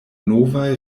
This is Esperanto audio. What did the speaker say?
novaj